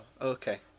okay